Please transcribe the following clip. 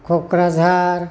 Kokrajhar